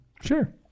Sure